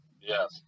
Yes